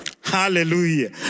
Hallelujah